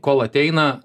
kol ateina